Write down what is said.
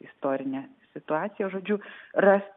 istorinę situaciją žodžiu rast